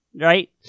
Right